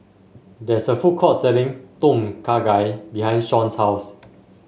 there is a food court selling Tom Kha Gai behind Shawn's house